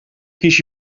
kies